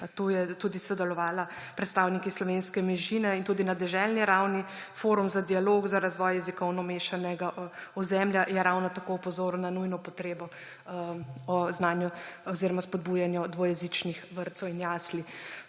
so tudi sodelovali predstavniki slovenske manjšine in tudi na deželni ravni. Forum za dialog za razvoj jezikovno mešanega ozemlja je ravno tako opozoril na nujno potrebo po znanju oziroma spodbujanju dvojezičnih vrtcev in jasli.